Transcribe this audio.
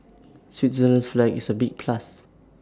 Switzerland's flag is A big plus